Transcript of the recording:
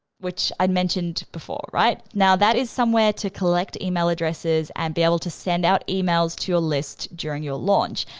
which i mentioned before, right? now that is somewhere to collect email addresses and be able to send out emails to a list during your launch.